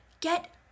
Get